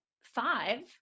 five